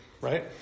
right